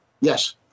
yes